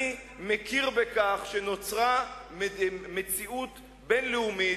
אני מכיר בכך שנוצרה מציאות בין-לאומית,